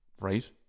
right